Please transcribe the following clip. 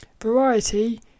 variety